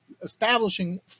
establishing